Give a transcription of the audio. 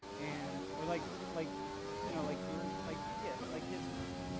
and we're like, like you know, like you're like, yeah like his nose,